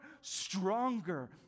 stronger